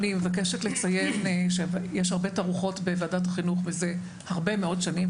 אני מבקשת לציין שיש הרבה תערוכות בוועדה החינוך מזה הרבה מאוד שנים,